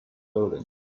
buildings